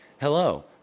Hello